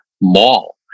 Mall